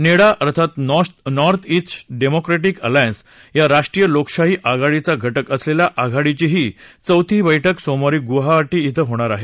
NEDA अर्थात north east democratic alliance या राष्ट्रीय लोकशाही आघाडीचा घटक असलेल्या आघाडीचीही चौथी बैठक सोमावरी गुवाहाटी कें होणार आहे